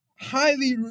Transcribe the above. highly